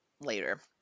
later